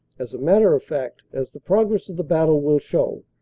as a matter of fact, as the pro gress of the battle will show,